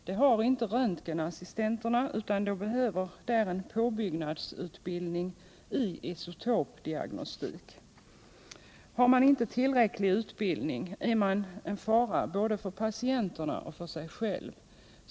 Det har inte röntgenassistenterna, utan de behöver en påbyggnadsutbildning i isotopdiagnostik. Har man inte tillräcklig utbildning är man en fara både för patienterna och för sig själv.